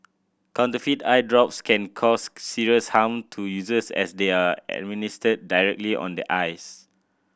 counterfeit eye drops can cause serious harm to users as they are administered directly on the eyes